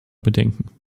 bedenken